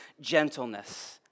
Gentleness